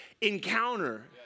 encounter